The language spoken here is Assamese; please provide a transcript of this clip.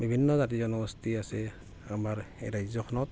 বিভিন্ন জাতি জনগোষ্ঠী আছে আমাৰ ৰাজ্যখনত